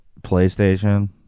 PlayStation